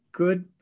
good